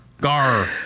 Gar